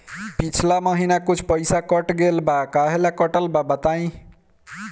पिछला महीना कुछ पइसा कट गेल बा कहेला कटल बा बताईं?